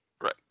Right